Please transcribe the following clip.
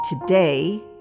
today